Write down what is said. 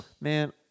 Man